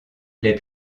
les